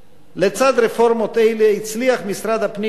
לצד הרפורמות האלה הצליח משרד הפנים לתת